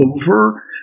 over